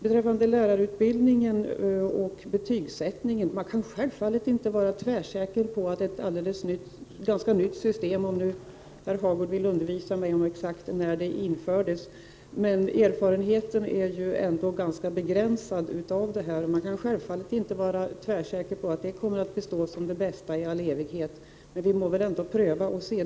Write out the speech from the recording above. Beträffande lärarutbildningen och betygsättningen vill jag säga att man självfallet inte kan vara tvärsäker på att ett ganska nytt system — herr Hagård ville undervisa mig om när exakt det infördes, men erfarenheten av det är ju ändå ganska begränsad — i all evighet kommer att bestå som det bästa, men vi må väl ändå pröva och se.